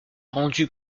rendu